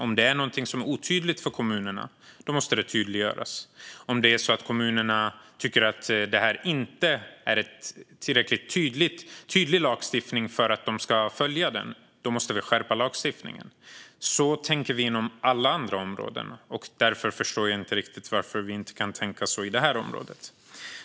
Om något är otydligt för kommunerna måste det tydliggöras. Om kommunerna tycker att lagstiftningen inte är så tydlig att de behöver följa den måste vi skärpa den. Så tänker vi inom alla andra områden, och jag förstår inte riktigt varför vi inte kan tänka så på det här området.